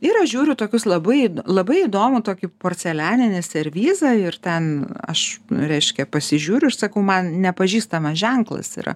ir aš žiūriu tokius labai labai įdomų tokį porcelianinį servizą ir ten aš reiškia pasižiūriu ir sakau man nepažįstamas ženklas yra